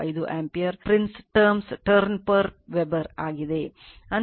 5785 ampere prince terms turn per weber ಆಗಿದೆ